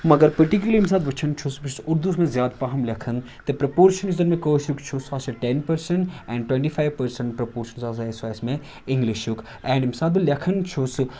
مگر پٔٹِکیوٗلَرلی ییٚمہِ ساتہٕ بہٕ وٕچھان چھُس اردوٗ چھُ مےٚ زیادٕ پَہمَ لٮ۪کھَان تہٕ پرٛپورشَن یُس زن مےٚ کٲشریٚک چھُس سُہ ہَسا چھُ ten percent and twenty five percent proportion یُس ہَسا آسِہ سُہ ہَسا آسِہ مےٚ اِںٛگلِشُک اینڈ ییٚمہِ ساتہٕ بہٕ لٮ۪کھان چھُس